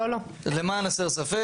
למען הסר ספק.